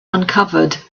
uncovered